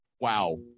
wow